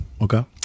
Okay